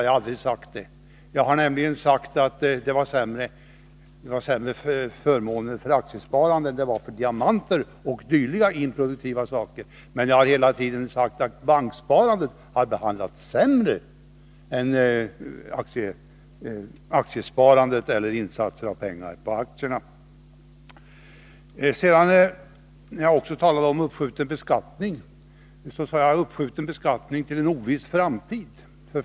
Jag har sagt att förmånerna var sämre för aktiesparande än för diamanter och dylika improduktiva satsningar — men jag har hela tiden sagt att banksparandet har behandlats sämre än aktiesparande eller andra satsningar av pengar i aktier. När jag talade om uppskjuten beskattning sade jag att beskattningen ofta är uppskjuten på en oviss framtid.